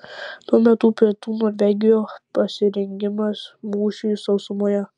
tuo metu pietų norvegijoje pasirengimas mūšiui sausumoje